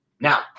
Now